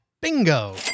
Bingo